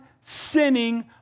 sinning